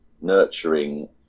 nurturing